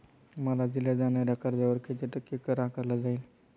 मला दिल्या जाणाऱ्या कर्जावर किती टक्के कर आकारला जाईल?